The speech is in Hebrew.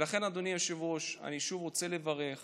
ולכן, אדוני היושב-ראש, אני שוב רוצה לברך